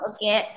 Okay